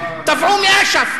תבעו מאש"ף,